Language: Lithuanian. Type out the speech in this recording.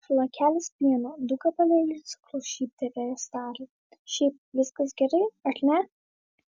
šlakelis pieno du gabalėliai cukraus šyptelėjęs tarė šiaip viskas gerai ar ne